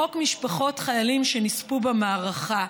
חוק משפחות חיילים שנספו במערכה.